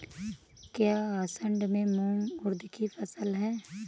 क्या असड़ में मूंग उर्द कि फसल है?